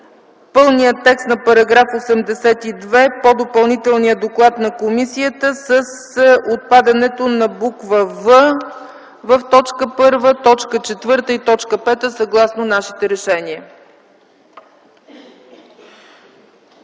пълния текст на § 82 по Допълнителния доклад на комисията с отпадането на буква „в” в т. 1, т. 4 и т. 5, съгласно нашите решения.